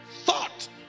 thought